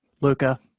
Luca